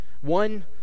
One